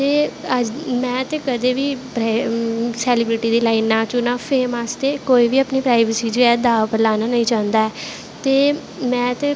में ते कदैं बी सैलिब्रिटी दी लाईन ना चुनां फेम आस्तै कोई बी अपनी प्राइवेसी दाऽ पर नेंई लाना चांह्दा ऐ ते में ते